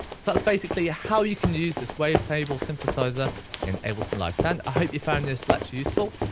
so that's basically how you can use this wave table synthesiser in ableton live ten. i hope you found this lecture useful,